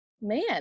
man